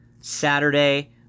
Saturday